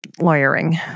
lawyering